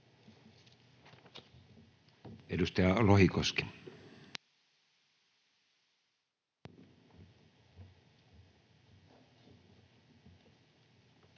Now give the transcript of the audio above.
Edustaja Lohikoski.